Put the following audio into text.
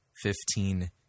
fifteen